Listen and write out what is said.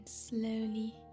slowly